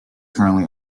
currently